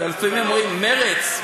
אתם לפעמים אומרים: מרצ?